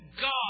God